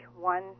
one